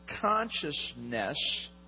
consciousness